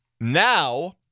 Now